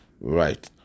Right